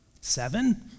Seven